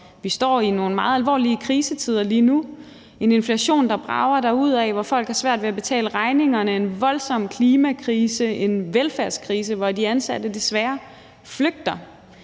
Vi står i nogle meget alvorlige krisetider lige nu – en inflation, der brager derudad, hvor folk har svært ved at betale regningerne, en voldsom klimakrise og en velfærdskrise, hvor de ansatte desværre flygter